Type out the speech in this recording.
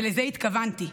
ולזה התכוונתי.